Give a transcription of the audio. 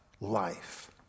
life